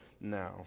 now